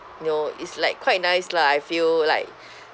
you know is like quite nice lah I feel like